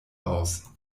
aus